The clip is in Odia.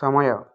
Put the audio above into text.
ସମୟ